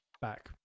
back